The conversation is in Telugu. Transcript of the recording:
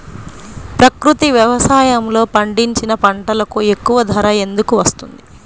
ప్రకృతి వ్యవసాయములో పండించిన పంటలకు ఎక్కువ ధర ఎందుకు వస్తుంది?